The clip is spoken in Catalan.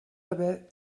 haver